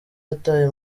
yataye